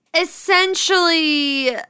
essentially